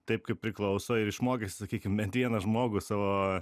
taip kaip priklauso ir išmokysi sakykim bent vieną žmogų savo